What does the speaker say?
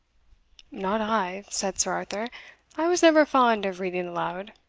not i, said sir arthur i was never fond of reading aloud.